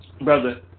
brother